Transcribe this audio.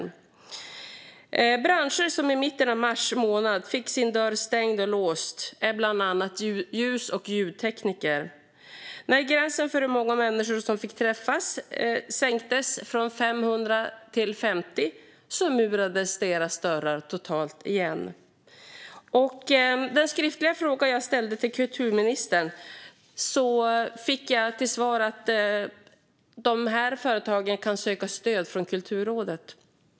En bransch som i mitten av mars fick sin dörr stängd och låst är bland annat den för ljus och ljudtekniker. När gränsen för hur många människor som får träffas sänktes från 500 till 50 murades deras dörrar totalt igen. På den skriftliga fråga som jag ställde till kulturministern fick jag till svar att dessa företag kan söka stöd från Kulturrådet.